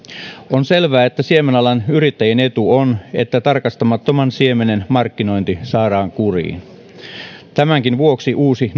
on selvää että siemenalan yrittäjien etu on että tarkastamattoman siemenen markkinointi saadaan kuriin tämänkin vuoksi uusi